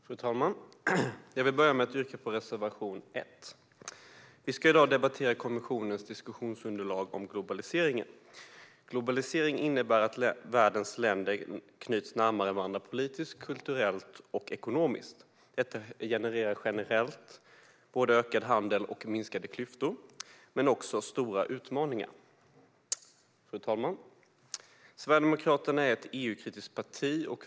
Fru talman! Jag vill börja med att yrka bifall till reservation 1. Vi ska idag debattera kommissionens diskussionsunderlag om globaliseringen. Globalisering innebär att världens länder knyts närmare varandra politiskt, kulturellt och ekonomiskt. Detta genererar generellt ökad handel och minskade klyftor men också stora utmaningar. Fru talman! Sverigedemokraterna är ett EU-kritiskt parti.